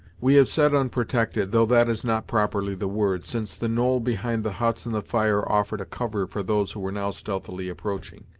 we have said unprotected, though that is not properly the word, since the knoll behind the huts and the fire offered a cover for those who were now stealthily approaching,